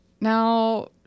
now